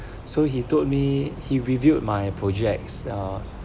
so he told me he revealed my projects are